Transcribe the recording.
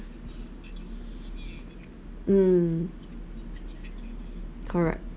mm correct